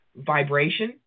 vibration